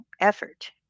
effort